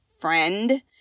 friend